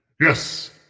Yes